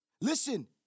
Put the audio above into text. listen